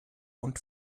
und